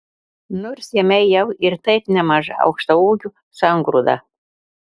nors jame jau ir taip nemaža aukštaūgių sangrūda